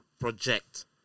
project